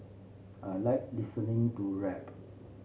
I like listening to rap